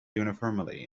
uniformly